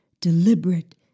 deliberate